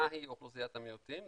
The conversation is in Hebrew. מהי אוכלוסיית המיעוטים?